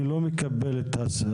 אני לא מקבל את ההשוואה.